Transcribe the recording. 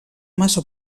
massa